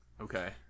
Okay